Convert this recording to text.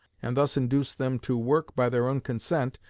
and thus induce them to work by their own consent,